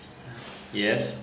yes